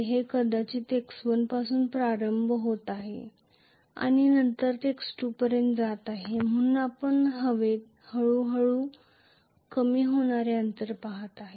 हे कदाचित x1 पासून प्रारंभ होत आहे आणि नंतर ते x2 पर्यंत जात आहे म्हणून आपण हवेत हळूहळू कमी होणारे अंतर पाहत आहात